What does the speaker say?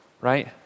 right